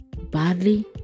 badly